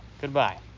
goodbye